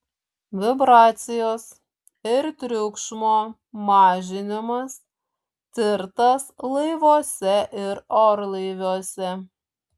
vibracijos ir triukšmo mažinimas tirtas laivuose ir orlaiviuose